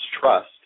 trust